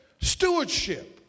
stewardship